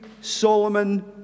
Solomon